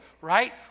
Right